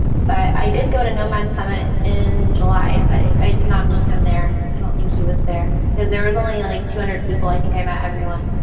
but i did go to nomad summit in july, but i did not meet him there. i don't think he was there. there was only like two hundred people. i think i met everyone.